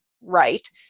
right